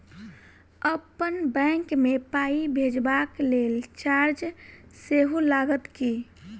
अप्पन बैंक मे पाई भेजबाक लेल चार्ज सेहो लागत की?